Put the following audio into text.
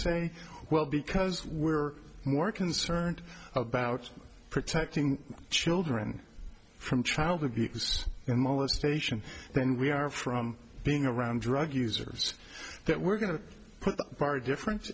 say well because we're more concerned about protecting children from child abuse and molestation than we are from being around drug users that we're going to put the bar difference